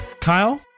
Kyle